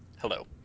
hello